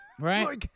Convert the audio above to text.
Right